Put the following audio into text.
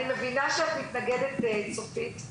אני מבינה שאת מתנגדת צופית,